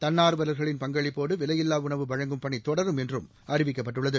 தன்னா்வலா்களின் பங்களிப்போடு விலையில்லா உணவு வழங்கும் பணி தொடரும் என்றும் அறிவிக்கப்பட்டுள்ளது